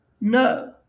No